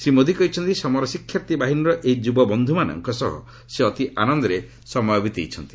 ଶ୍ରୀ ମୋଦି କହିଛନ୍ତି ସମର ଶିକ୍ଷାର୍ଥୀ ବାହିନୀର ଏହି ଯୁବ ବନ୍ଧୁମାନଙ୍କ ସହ ସେ ଅତି ଆନନ୍ଦରେ ସମୟ ବିତାଇଛନ୍ତି